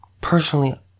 personally